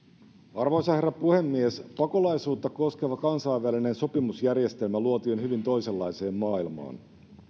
arvoisa herra puhemies pakolaisuutta koskeva kansainvälinen sopimusjärjestelmä luotiin hyvin toisenlaiseen maailmaan